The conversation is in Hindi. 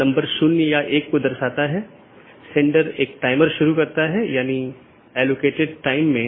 इस प्रकार एक AS में कई राऊटर में या कई नेटवर्क स्रोत हैं